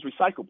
recyclable